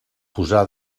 posà